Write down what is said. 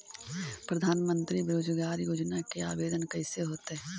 प्रधानमंत्री बेरोजगार योजना के आवेदन कैसे होतै?